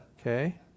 okay